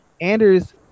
Anders